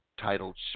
titled